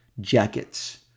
jackets